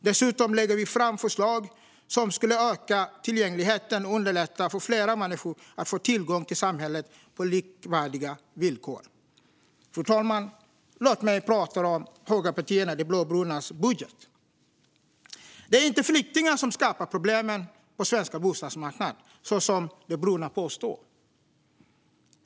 Dessutom lägger vi fram förslag som skulle öka tillgängligheten och underlätta för fler människor att få tillgång till samhället på likvärdiga villkor. Fru talman! Låt mig prata om högerpartiernas - de blåbrunas - budget. Det är inte flyktingar som har skapat problemen på den svenska bostadsmarknaden, som de bruna påstår.